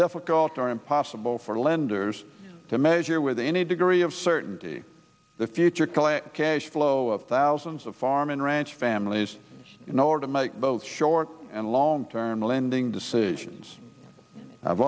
difficult or impossible for lenders to measure with any degree of certainty the future call a cash flow of thousands of farm and ranch families in order to make both short and long term lending decisions i've